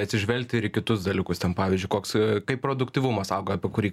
atsižvelgti ir į kitus dalykus ten pavyzdžiui koks kaip produktyvumas auga apie kurį